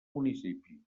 municipi